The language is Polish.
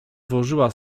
włożyła